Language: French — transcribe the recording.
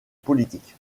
politique